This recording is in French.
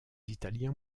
italiens